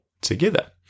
together